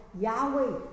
Yahweh